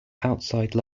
outside